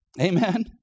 Amen